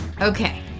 okay